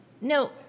No